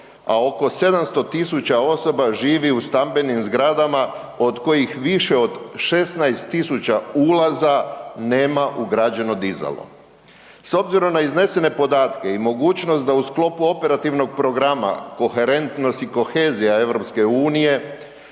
a oko 700 000 osoba živi u stambenim zgradama od kojih više od 16 000 ulaza nema ugrađeno dizalo. S obzirom na iznesene podatke i mogućnost da u sklopu operativnog programa koherentnost i kohezija EU,